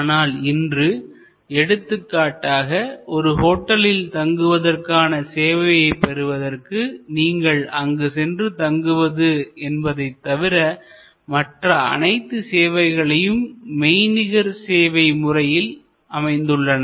ஆனால் இன்று எடுத்துக்காட்டாக ஒரு ஹோட்டலில் தங்குவதற்கான சேவையைப் பெறுவதற்குநீங்கள் அங்கு சென்று தங்குவது என்பதை தவிர மற்ற அனைத்து சேவைகளும் மெய்நிகர் சேவை முறையில் அமைந்துள்ளன